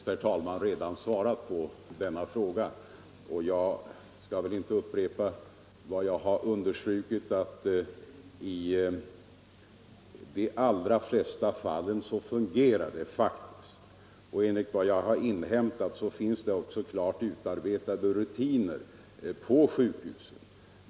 Herr talman! Jag har redan svarat på denna fråga, och jag skall inte upprepa vad jag har understrukit om att systemet i de allra flesta fall fungerar väl. Det finns också klart utarbetade rutiner på sjukhusen.